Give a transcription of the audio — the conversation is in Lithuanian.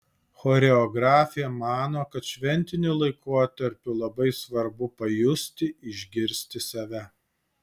choreografė mano kad šventiniu laikotarpiu labai svarbu pajusti išgirsti save